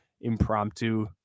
impromptu